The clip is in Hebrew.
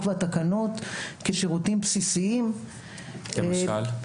והתקנות כשירותים בסיסיים --- למשל?